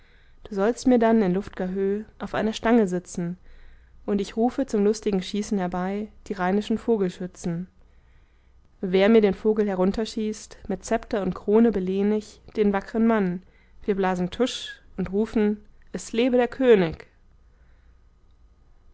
du sollst mir dann in luft'ger höh auf einer stange sitzen und ich rufe zum lustigen schießen herbei die rheinischen vogelschützen wer mir den vogel herunterschießt mit zepter und krone belehn ich den wackern mann wir blasen tusch und rufen es lebe der könig